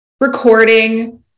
recording